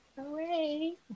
Hooray